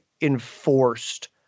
enforced